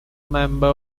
member